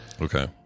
Okay